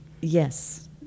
Yes